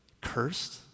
cursed